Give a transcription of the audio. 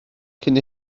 cyn